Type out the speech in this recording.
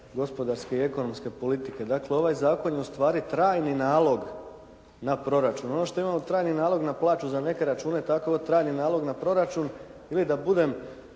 gospodarske i ekonomske politike. Dakle, ovaj zakon je ustvari trajni nalog na proračun. Ono što imamo trajni nalog na plaću za neke račune, tako je ovaj trajni nalog na proračun ili da budem